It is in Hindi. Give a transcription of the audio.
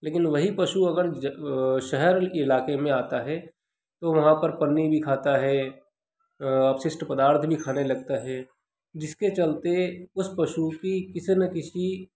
लेकिन वही पशु अगर ज शहर के इलाके में आता है तो वहाँ पर पन्नी भी खाता है अपशिष्ट पदार्थ भी खाने लगता है जिसके चलते उस पशु की किसी न किसी